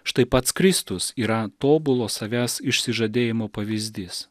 štai pats kristus yra tobulo savęs išsižadėjimo pavyzdys